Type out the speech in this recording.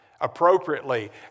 appropriately